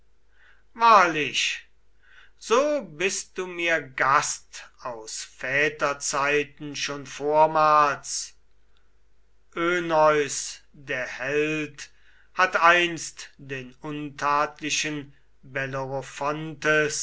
wahrlich so bist du mir gast aus väterzeiten schon vormals öneus der held hat einst den untadlichen